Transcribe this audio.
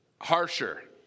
harsher